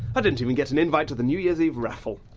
but didn't even get an invite to the new year's eve raffle.